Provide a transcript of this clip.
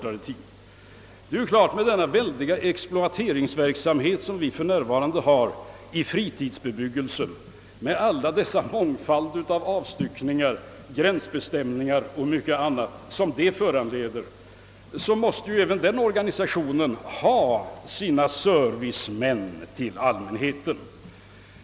Av den väldiga exploateringsverksamhet, vi för närvarande har beträffande fritidsbebyggelsen med en mångfald avstyckningar, gränsbestämningar och annat, följer att även den organisationen måste ha sina servicemän för allmänheten.